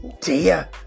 Dear